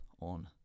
on